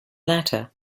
latter